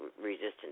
resistance